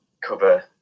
cover